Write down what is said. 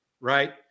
right